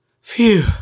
Phew